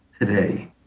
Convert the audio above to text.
today